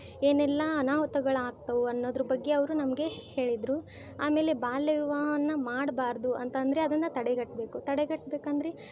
ಏನೆಲ್ಲಾ ಅನಾಹುತಗಳು ಆಗ್ತಾವು ಅನ್ನೋದ್ರ ಬಗ್ಗೆ ಅವರು ನಮಗೆ ಹೇಳಿದರು ಆಮೇಲೆ ಬಾಲ್ಯ ವಿವಾಹವನ್ನು ಮಾಡಬಾರ್ದು ಅಂತಂದರೆ ಅದನ್ನು ತಡೆಗಟ್ಟಬೇಕು ತಡೆಗಟ್ಬೇಕಂದ್ರೆ